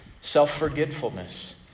self-forgetfulness